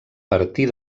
partir